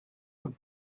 have